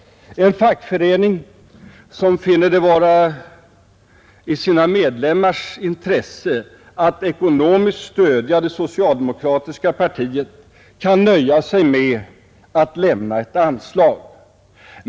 En fackförening som finner det vara i sina medlemmars intresse att ekonomiskt stödja det socialdemokratiska partiet kan nöja sig med att lämna ett anslag.